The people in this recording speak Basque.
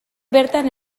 bertan